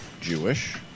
Jewish